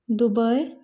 Dubai